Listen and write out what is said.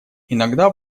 иногда